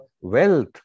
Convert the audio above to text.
wealth